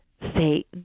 say